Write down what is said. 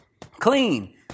Clean